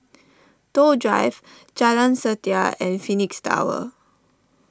Toh Drive Jalan Setia and Phoenix Tower